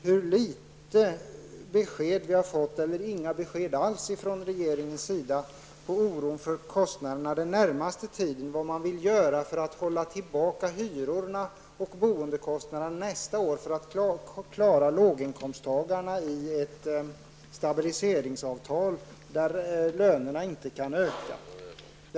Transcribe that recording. Jag är bekymrad över hur få besked, eller inga besked alls, vi får från regeringen när det gäller oron för kostnaderna den närmaste tiden. Vad vill man göra för att hålla tillbaka hyrorna och boendekostnaderna nästa år för att klara låginkomsttagarna i ett stabiliseringsavtal där lönerna inte kan öka?